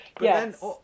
Yes